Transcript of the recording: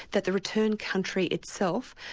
that the return country itself,